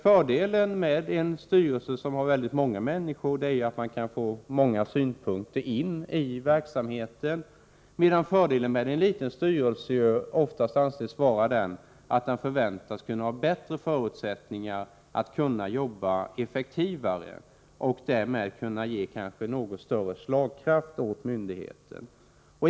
Fördelen med en styrelse som har många ledamöter är att man kan få in många synpunkter i verksamheten, medan fördelen med en liten styrelse är att den förväntas kunna ha bättre förutsättningar att jobba effektivare och därmed kanske ge något större slagkraft åt myndigheten.